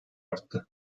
arttı